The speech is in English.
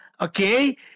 okay